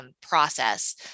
process